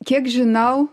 kiek žinau